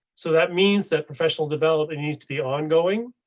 so that means that professional development needs to be ongoing.